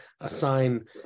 assign